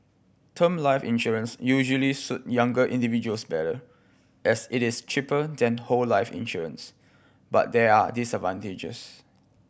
term life insurance usually suit younger individuals better as it is cheaper than whole life insurance but there are disadvantages